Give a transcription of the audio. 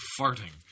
farting